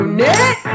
net